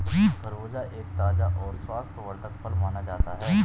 खरबूजा एक ताज़ा और स्वास्थ्यवर्धक फल माना जाता है